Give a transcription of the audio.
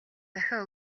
захиа